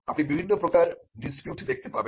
আপনি বিভিন্ন প্রকার ডিসপিউট দেখতে পাবেন